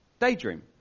daydream